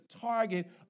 target